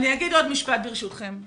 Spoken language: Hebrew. אני אגיד עוד משפט, ברשותכם.